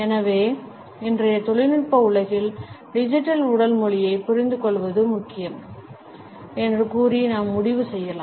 எனவே இன்றைய தொழில்நுட்ப உலகில் டிஜிட்டல் உடல் மொழியைப் புரிந்துகொள்வது முக்கியம் என்று கூறி நாம் முடிவு செய்யலாம்